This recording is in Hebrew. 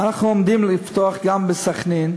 ואנחנו עומדים לפתוח גם בסח'נין.